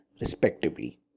respectively